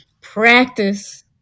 practice